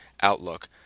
Outlook